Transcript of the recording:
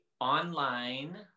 online